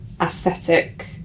aesthetic